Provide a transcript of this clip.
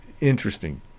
interesting